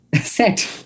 set